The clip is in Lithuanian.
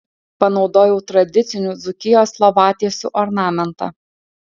panaudojau tradicinių dzūkijos lovatiesių ornamentą